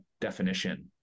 definition